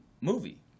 movie